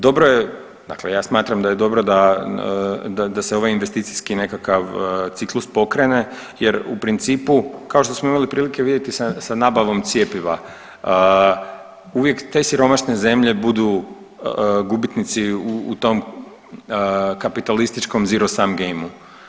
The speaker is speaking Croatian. Dobro je, dakle ja smatram da je dobro da se ovaj investicijski nekakav ciklus pokrene jer u principu kao što smo imali prilike vidjeti sa nabavom cjepiva, uvijek te siromašne zemlje budu gubitnici u tom kapitalističkom zero sam gameu.